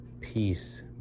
Peace